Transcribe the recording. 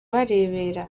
barebera